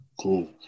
Cool